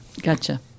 Gotcha